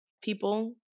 People